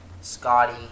Scotty